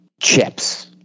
chips